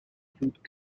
include